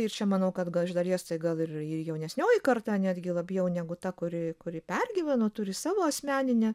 ir čia manau kad iš dalies tai gal ir ir jaunesnioji karta netgi labiau negu ta kuri kuri pergyveno turi savo asmeninę